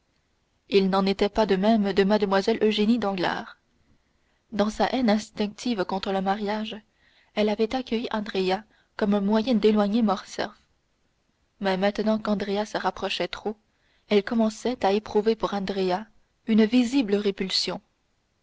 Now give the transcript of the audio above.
il n'en était pas de même de mlle eugénie danglars dans sa haine instinctive contre le mariage elle avait accueilli andrea comme un moyen d'éloigner morcerf mais maintenant qu'andrea se rapprochait trop elle commençait à éprouver pour andrea une visible répulsion